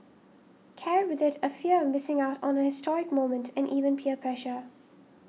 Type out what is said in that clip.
carried with it a fear of missing out on a historic moment and even peer pressure